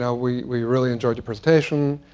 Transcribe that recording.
yeah we we really enjoyed your presentation.